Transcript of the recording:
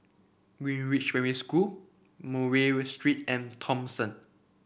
Greenridge Primary School Murray Street and Thomson